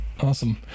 Awesome